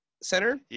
center